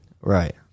Right